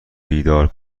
بیدار